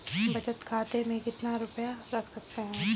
बचत खाते में कितना रुपया रख सकते हैं?